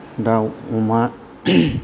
दाउ अमा